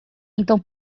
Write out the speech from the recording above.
então